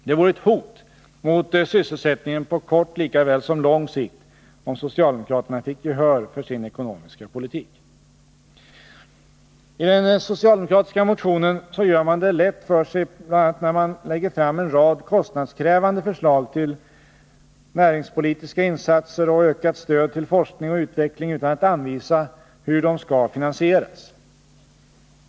Det vore ett hot mot sysselsättningen på kort lika väl som på lång sikt om socialdemokraterna fick gehör för sin ekonomiska politik. I den socialdemokratiska motionen gör man det lätt för sig, bl.a. när man lägger fram en rad kostnadskrävande förslag till näringspolitiska insatser och ökat stöd till forskning och utveckling utan att anvisa hur de skall finansieras.